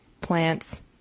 plants